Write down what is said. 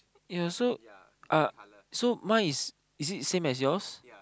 ya so uh so mine is is it same as yours